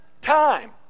time